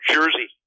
Jersey